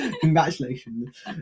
Congratulations